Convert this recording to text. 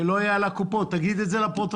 שלא יהיה על הקופות - תגיד את זה לפרוטוקול.